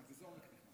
באיזה עומק?